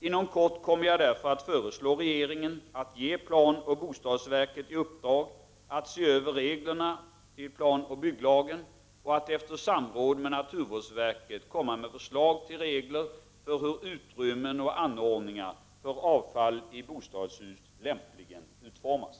Inom kort kommer jag därför att föreslå regeringen att ge planoch bostadsverket i uppdrag att se över reglerna i PBL och att, efter samråd med naturvårdsverket, komma med förslag till regler för hur utrymmen och anordningar för avfall i bostadshus lämpligen utformas.